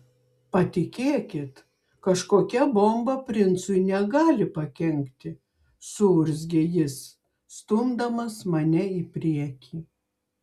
patikėkit kažkokia bomba princui negali pakenkti suurzgė jis stumdamas mane į priekį